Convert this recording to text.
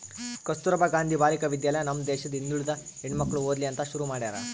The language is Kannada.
ಕಸ್ತುರ್ಭ ಗಾಂಧಿ ಬಾಲಿಕ ವಿದ್ಯಾಲಯ ನಮ್ ದೇಶದ ಹಿಂದುಳಿದ ಹೆಣ್ಮಕ್ಳು ಓದ್ಲಿ ಅಂತ ಶುರು ಮಾಡ್ಯಾರ